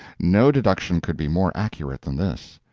no deduction could be more accurate than this.